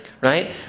right